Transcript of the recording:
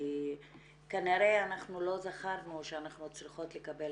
כי כנראה אנחנו לא זכרנו שאנחנו צריכות לקבל